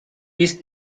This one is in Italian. east